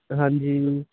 ਹਾਂਜੀ